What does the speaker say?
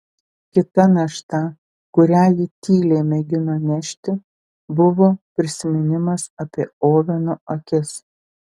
kita našta kurią ji tyliai mėgino nešti buvo prisiminimas apie oveno akis